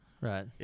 Right